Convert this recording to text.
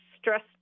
stressed